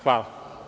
Hvala.